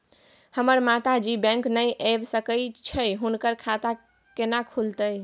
हमर माता जी बैंक नय ऐब सकै छै हुनकर खाता केना खूलतै?